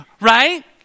right